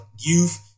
youth